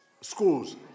schools